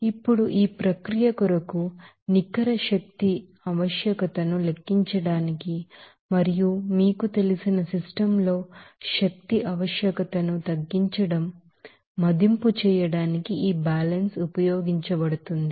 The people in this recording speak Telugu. ఇప్పుడు ఈ ప్రక్రియ కొరకు నికర ఎనర్జీ ఆవశ్యకతను లెక్కించడానికి మరియు మీకు తెలిసిన సిస్టమ్ లో ఎనర్జీ ఆవశ్యకతను తగ్గించడం మదింపు చేయడానికి ఈ బ్యాలెన్స్ ఉపయోగించబడుతుంది